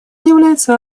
является